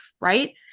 right